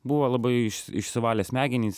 buvo labai išs išsivalė smegenys